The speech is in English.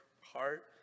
heart